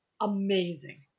amazing